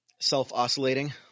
Self-oscillating